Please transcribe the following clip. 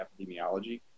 epidemiology